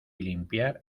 limpiar